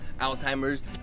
Alzheimer's